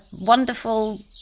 wonderful